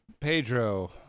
Pedro